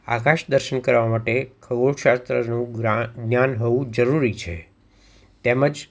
આકાશ દર્શન કરવા માટે ખગોળ શાસ્ત્રનું જ્ઞા જ્ઞાન હોવું જરૂરી છે તેમજ